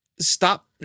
stop